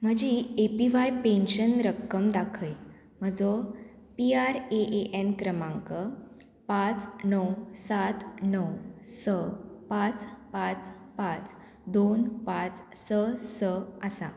म्हजी A P Y pension रक्कम दाखय म्हजो पी आर ए एन क्रमांक पांच णव सात णव स पांच पांच पांच दोन पांच स स आसा